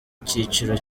cyiciro